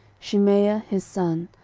shimea his son,